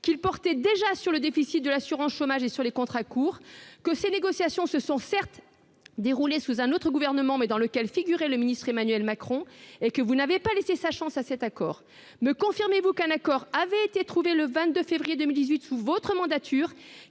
qu'il portait déjà sur le déficit de l'assurance chômage et sur les contrats courts- les négociations se sont certes déroulées sous un autre gouvernement, mais dans lequel figurait Emmanuel Macron -, et que vous ne lui avez pas laissé sa chance ? Me confirmez-vous qu'un accord avait été trouvé le 22 février 2018 sous votre mandature,